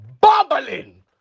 bubbling